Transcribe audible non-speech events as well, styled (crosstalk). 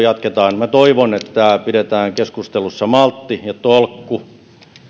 (unintelligible) jatketaan minä toivon että pidetään keskustelussa maltti ja tolkku